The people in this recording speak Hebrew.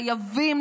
חייבים,